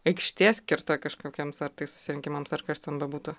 aikštė skirta kažkokiems ar tai susirinkimams ar kas ten bebūtų